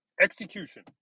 Execution